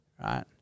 right